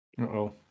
Uh-oh